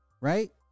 Right